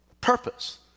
purpose